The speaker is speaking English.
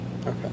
Okay